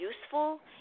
useful